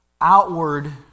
outward